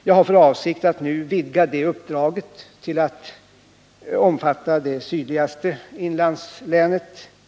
Jag har för avsikt att nu vidga det uppdraget till att omfatta det sydligaste inlandslänet.